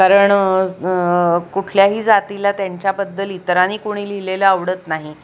कारण कुठल्याही जातीला त्यांच्याबद्दल इतरानी कोणी लिहिलेलं आवडत नाही